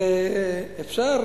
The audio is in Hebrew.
ואפשר,